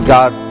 God